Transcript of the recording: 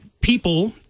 people